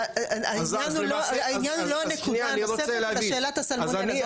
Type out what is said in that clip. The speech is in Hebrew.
העניין הוא לא הנקודה הנוספת אלא שאלת הסלמונלה.